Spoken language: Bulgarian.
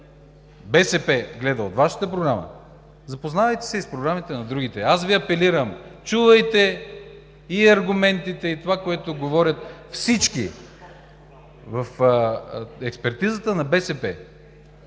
БСП гледа от Вашата програма, запознайте се с програмите и на другите. Аз Ви апелирам – чувайте и аргументите, и това, което говорят всички. В експертизата на БСП